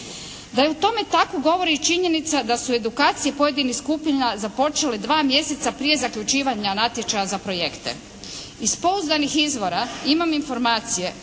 Da je u tome tako govori i činjenica da su edukacije pojedinih skupina započele dva mjeseca prije zaključivanja natječaja za projekte. Iz pouzdanih izvora imam informacije